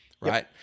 right